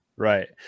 Right